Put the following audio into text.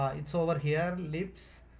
ah it's over here, libs.